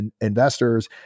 investors